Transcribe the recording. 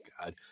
god